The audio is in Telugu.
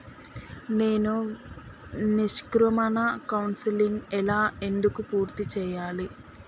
నేను నిష్క్రమణ కౌన్సెలింగ్ ఎలా ఎందుకు పూర్తి చేయాలి?